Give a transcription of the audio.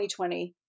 2020